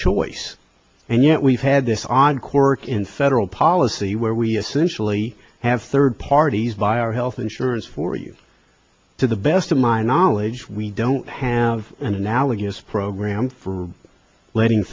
choice and yet we've had this odd cork in federal policy where we essential e have third parties via our health insurance for you to the best of my knowledge we don't have an analogous program for letting